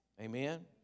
Amen